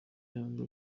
yanga